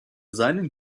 seinen